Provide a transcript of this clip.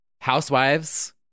Housewives